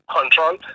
control